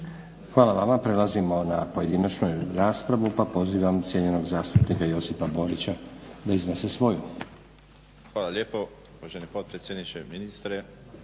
Hvala vama. Prelazimo na pojedinačnu raspravu pa pozivam cijenjenog zastupnika Josipa Borića da iznese svoju. **Borić, Josip (HDZ)** Hvala lijepo uvaženi potpredsjedniče. Ministre,